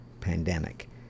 pandemic